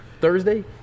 Thursday